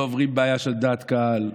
לא עוברים בעיה של דעת קהל.